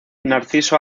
narciso